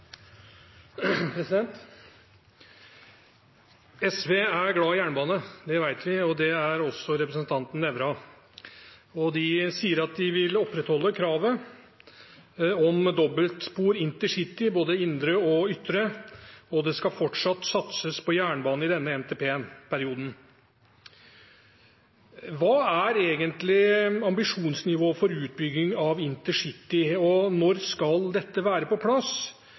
glad i jernbane, det vet vi, og det er også representanten Nævra. De sier at de vil opprettholde kravet om intercity med dobbeltspor, både indre og ytre, og det skal fortsatt satses på jernbane i denne NTP-perioden. Hva er egentlig ambisjonsnivået for utbygging av intercity, og når skal dette være på plass?